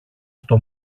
στο